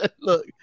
Look